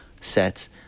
sets